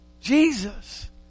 Jesus